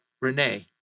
Renee